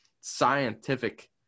scientific